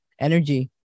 energy